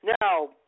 Now